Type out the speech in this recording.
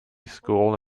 school